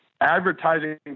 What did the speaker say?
advertising